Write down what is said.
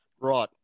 Right